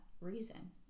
reason